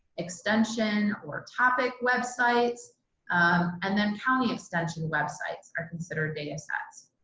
extension or topic websites and then county extension websites are considered datasets.